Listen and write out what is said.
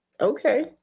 Okay